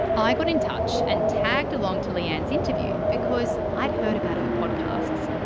i got in touch and tagged along to leanne's interview because i'd heard about her podcasts.